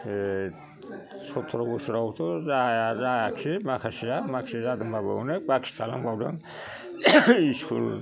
बे सथ्र' बोसोरावथ' जायाखसै माखासेया माखासे जादोंबाबो अनेक बाखि थालांबावदों स्कुल